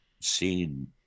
seen